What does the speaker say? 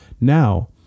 now